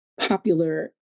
popular